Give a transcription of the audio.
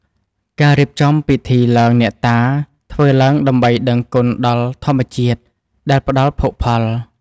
ការរៀបចំពិធីឡើងអ្នកតា ធ្វើឡើងដើម្បីដឹងគុណដល់ធម្មជាតិដែលផ្តល់ភោគផល។